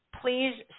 Please